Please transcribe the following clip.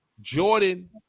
Jordan